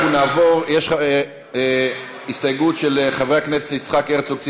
יש הסתייגויות של חברי הכנסת יצחק הרצוג,